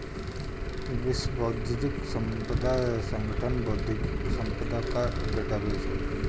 विश्व बौद्धिक संपदा संगठन बौद्धिक संपदा का डेटाबेस है